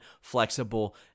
flexible